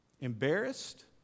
Embarrassed